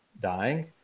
dying